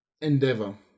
endeavor